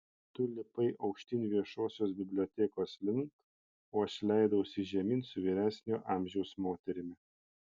tu lipai aukštyn viešosios bibliotekos link o aš leidausi žemyn su vyresnio amžiaus moterimi